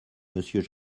monsieur